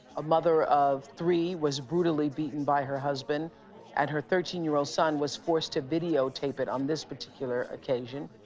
a mother of three, was brutally beaten by her husband and her thirteen year old son was forced to videotaped it on this particular occasion.